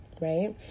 right